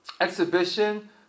exhibition